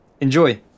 Enjoy